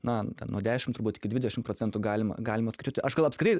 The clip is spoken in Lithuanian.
na ten nuo dešim turbūt iki dvidešim procentų galima galima skaičiuoti aš gal apskritai